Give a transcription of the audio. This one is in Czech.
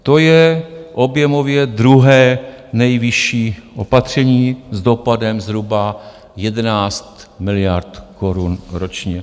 To je objemově druhé nejvyšší opatření s dopadem zhruba 11 miliard korun ročně.